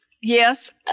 Yes